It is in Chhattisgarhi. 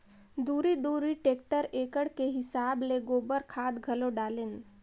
दूरी दूरी टेक्टर एकड़ के हिसाब ले गोबर खाद घलो डालेन